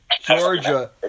Georgia